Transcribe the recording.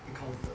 encounter